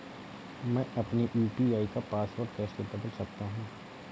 मैं अपने यू.पी.आई का पासवर्ड कैसे बदल सकता हूँ?